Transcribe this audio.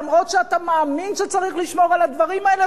למרות שאתה מאמין שצריך לשמור על הדברים האלה,